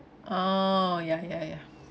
orh ya ya ya